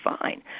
fine